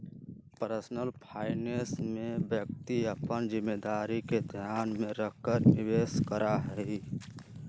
personal finance में व्यक्ति अपन जिम्मेदारी के ध्यान में रखकर निवेश करा हई